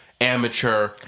amateur